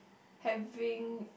having